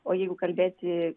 o jeigu kalbėti